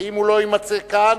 ואם הוא לא יימצא כאן,